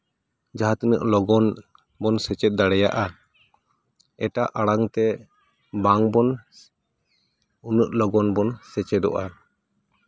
ᱡᱟᱦᱟᱸ ᱛᱤᱱᱟᱹᱜ ᱞᱚᱜᱚᱱ ᱵᱚᱱ ᱥᱮᱪᱮᱫ ᱫᱟᱲᱮᱭᱟᱜᱼᱟ ᱮᱴᱟᱜ ᱟᱲᱟᱝ ᱛᱮ ᱵᱟᱝ ᱵᱚᱱ ᱩᱱᱟᱹᱜ ᱞᱚᱜᱚᱱ ᱵᱚᱱ ᱥᱮᱪᱮᱫᱚᱜᱼᱟ